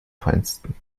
feinsten